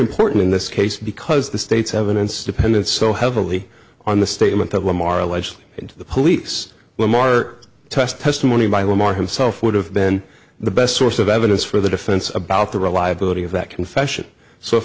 important in this case because the state's evidence depended so heavily on the statement that lamar allegedly into the police lamar test testimony by lamar himself would have been the best source of evidence for the defense about the reliability of that confession so if